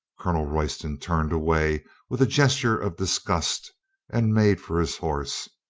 colonel royston turned away with a gesture of disgust and made for his horse.